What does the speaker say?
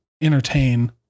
entertain